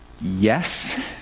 yes